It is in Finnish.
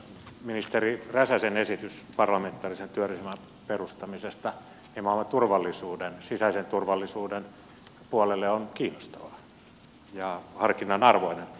ministeri räsäsen esitys parlamentaarisen työryhmän perustamisesta nimenomaan sisäisen turvallisuuden puolelle on kiinnostava ja harkinnan arvoinen